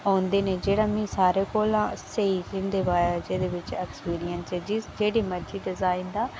औंदे न जेह्ड़ा मी सारें कोला स्हेई एक्सपिरिंयस ऐ जेह्ड़ा मर्जी डिजाइन होऐ